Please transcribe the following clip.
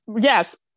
Yes